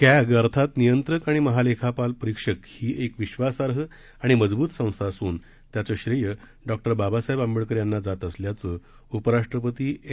CAG अर्थात नियंत्रक आणि महालेखापरीक्षक ही एक विश्वासार्ह आणि मजब्त संस्था असून त्याचं श्रेय डॉ बाबासाहेब आंबेडकर यांना जात असल्याचं उपराष्ट्रपती एम